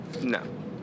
No